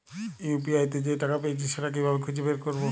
UPI তে যে টাকা পেয়েছি সেটা কিভাবে খুঁজে বের করবো?